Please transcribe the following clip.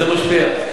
זה משפיע.